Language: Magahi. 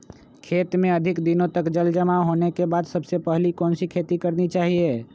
खेत में अधिक दिनों तक जल जमाओ होने के बाद सबसे पहली कौन सी खेती करनी चाहिए?